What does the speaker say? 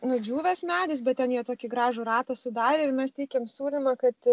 nudžiūvęs medis bet ten jie tokį gražų ratą sudarė ir mes teikėm siūlymą kad